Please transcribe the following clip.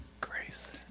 Grace